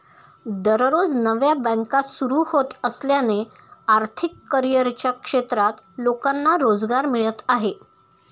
दररोज नव्या बँका सुरू होत असल्याने आर्थिक करिअरच्या क्षेत्रात लोकांना रोजगार मिळत आहे